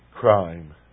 crime